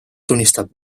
tunnistab